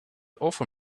offer